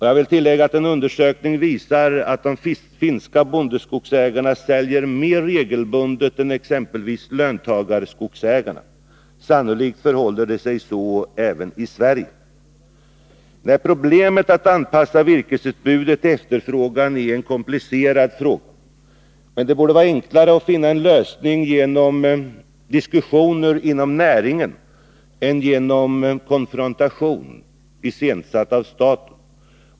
Jag vill tillägga att en undersökning visar att de finska bondeskogsägarna säljer mer regelbundet än exempelvis löntagarskogsägarna. Sannolikt förhåller det sig så även i Sverige. Problemet att anpassa virkesutbudet till efterfrågan är en komplicerad fråga. Men det borde vara enklare att finna en lösning genom diskussioner inom näringen än genom en konfrontation iscensatt av staten.